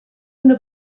una